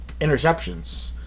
interceptions